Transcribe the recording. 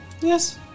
yes